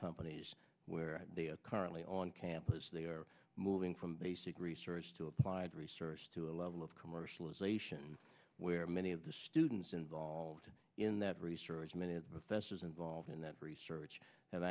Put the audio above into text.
companies where they are currently on campus they are moving from basic research to applied research to a level of commercialization where many of the students involved in that research many it festers involved in that research have